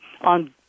on